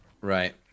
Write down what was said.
Right